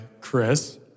Chris